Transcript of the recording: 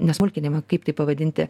nes mulkinimą kaip tai pavadinti